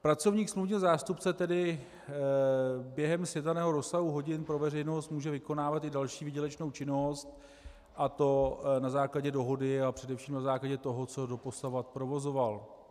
Pracovník smluvního zástupce tedy během sjednaného rozsahu hodin pro veřejnost může vykonávat i další výdělečnou činnost, a to na základě dohody a především na základě toho, co doposavad provozoval.